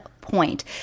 point